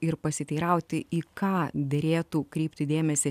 ir pasiteirauti į ką derėtų kreipti dėmesį